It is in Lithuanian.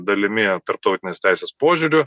dalimi tarptautinės teisės požiūriu